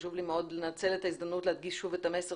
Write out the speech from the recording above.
חשוב לי מאוד לנצל את ההזדמנות ולהדגיש שוב את המסר